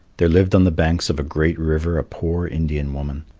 there lived on the banks of a great river a poor indian woman.